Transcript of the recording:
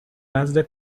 نزد